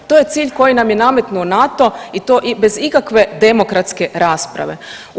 To je cilj koji nam je nametnuo NATO i to bez ikakve demokratske rasprave.